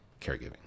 caregiving